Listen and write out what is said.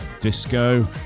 disco